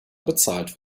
bezahlt